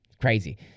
Crazy